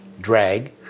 drag